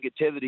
negativity